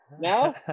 no